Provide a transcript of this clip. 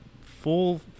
full